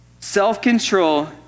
Self-control